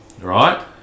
right